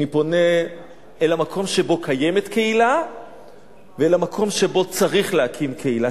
אני פונה אל המקום שבו קיימת קהילה ואל המקום שבו צריך להקים קהילה.